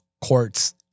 courts